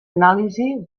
anàlisi